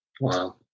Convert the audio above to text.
Wow